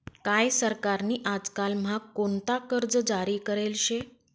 काय सरकार नी आजकाल म्हा कोणता कर्ज जारी करेल शे